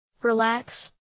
Relax